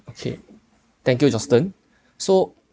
okay thank you justin so